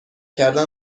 کردن